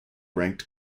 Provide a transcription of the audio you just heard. ranked